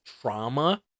trauma